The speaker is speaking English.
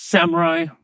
Samurai